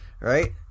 right